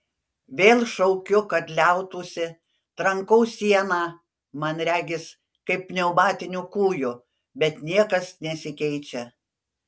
vėl šaukiu kad liautųsi trankau sieną man regis kaip pneumatiniu kūju bet niekas nesikeičia